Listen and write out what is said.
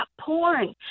porn